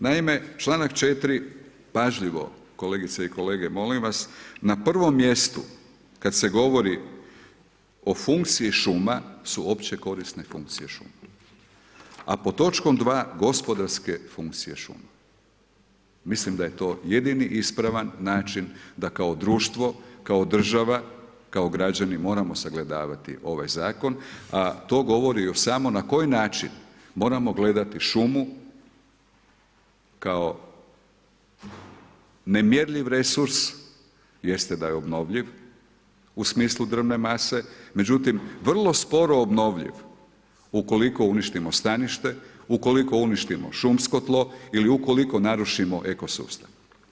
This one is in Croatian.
Naime, članak 4. pažljivo kolegice i kolege, molim vas, na prvom mjestu kada se govori o funkciji šuma su opće korisne funkcije šuma, a pod točkom 2. gospodarske funkcije šuma, mislim da je to jedini ispravan način da kao društvo, kao država kao građani moramo sagledavati ovaj zakon, a to govori još samo na koji način moramo gledati šumu kao nemjerljiv resurs, jeste da je obnovljiv u smislu drvne mase, međutim vrlo sporo obnovljiv ukoliko uništimo stanište, ukoliko uništimo šumsko tlo ili ukoliko narušimo eko sustav.